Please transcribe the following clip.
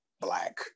black